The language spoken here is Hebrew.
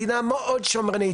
מדינה מאוד שמרנית,